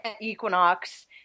Equinox